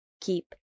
keep